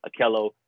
Akello